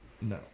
No